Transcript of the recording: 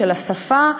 של השפה,